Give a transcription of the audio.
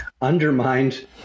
undermined